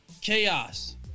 chaos